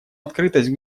открытость